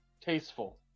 tasteful